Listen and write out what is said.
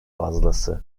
fazlası